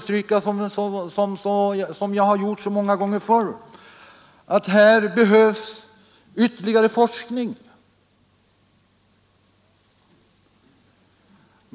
Som jag gjort så många gånger förr vill jag understryka, att här behövs ytterligare forskning.